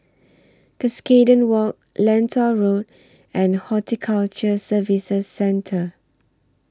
Cuscaden Walk Lentor Road and Horticulture Services Centre